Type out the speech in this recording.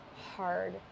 hard